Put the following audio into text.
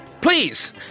please